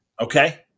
Okay